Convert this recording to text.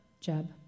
Jeb